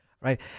right